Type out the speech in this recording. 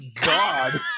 god